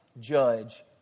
judge